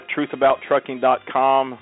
TruthAboutTrucking.com